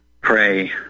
pray